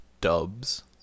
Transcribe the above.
dubs